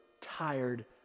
tired